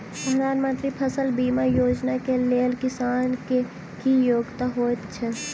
प्रधानमंत्री फसल बीमा योजना केँ लेल किसान केँ की योग्यता होइत छै?